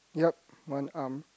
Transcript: yup one arm